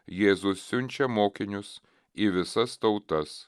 jėzus siunčia mokinius į visas tautas